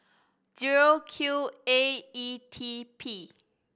zero Q A E T P